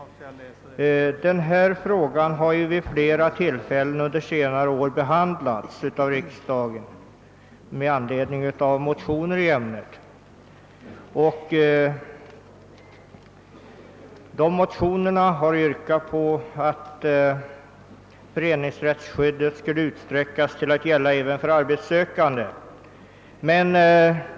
Denna fråga har vid flera tillfällen under senare år behandlats av riksdagen med anledning av motioner i ämnet. I motionerna har yrkats att föreningsrättsskyddet skall utsträckas till att gälla även för arbetssökande.